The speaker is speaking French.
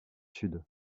sud